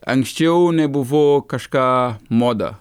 anksčiau nebuvo kažką moda